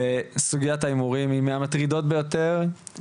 וסוגיית ההימורים היא מהמטרידות ביותר,